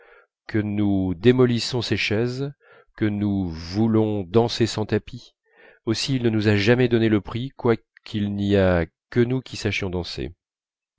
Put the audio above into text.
que nous démolissons ses chaises que nous voulons danser sans tapis aussi il ne nous a jamais donné le prix quoiqu'il n'y a que nous qui sachions danser